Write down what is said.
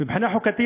מבחינה חוקתית,